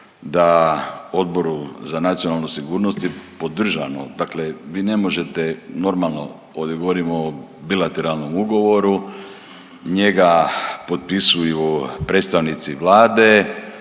na Odboru za nacionalnu sigurnost i podržano, dakle vi ne možete normalno ovdje govorimo o bilateralnom ugovoru, njega potpisuju predstavnici Vlade,